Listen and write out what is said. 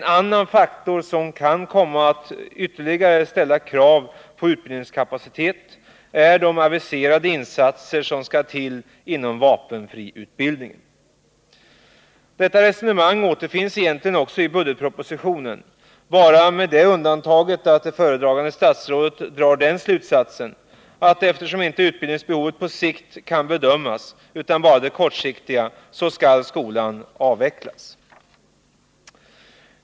En annan faktor som kan komma att ställa ytterligare krav på utbildningskapaciteten är de aviserade insatser som skall till inom vapenfriutbildningen. Ett resonemang härom återfinns också i budgetpropositionen, bara med den skillnaden att föredragande statsrådet drar den slutsatsen att skolan skall avvecklas, eftersom han inte kan bedöma utbildningsbehovet på sikt — bedömningen kan bara ske beträffande det kortsiktiga utbildningsbehovet.